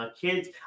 Kids